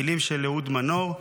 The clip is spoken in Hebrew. מילים של אהוד מנור: